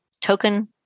token